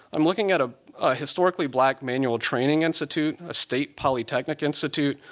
i'm looking at a historically black manual training institute, a state polytechnic institute,